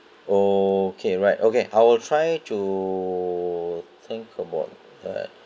okay right okay I will try to think about that